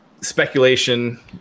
speculation